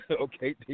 okay